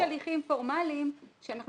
אני אומרת שיש הליכים פורמליים שאנחנו